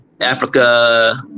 Africa